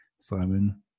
Simon